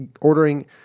ordering